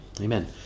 Amen